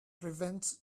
prevents